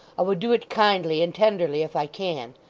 i would do it kindly and tenderly if i can.